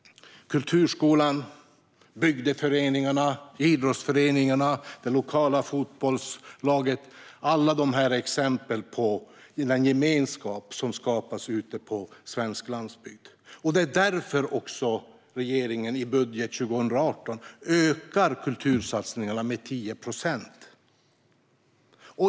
Kulturskolan, bygdeföreningarna, idrottsföreningarna och det lokala fotbollslaget är exempel på den gemenskap som skapas ute på svensk landsbygd. Därför ökar också regeringen i budgeten för 2018 kultursatsningarna med 10 procent.